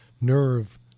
nerve